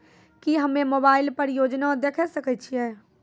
की हम्मे मोबाइल पर योजना देखय सकय छियै?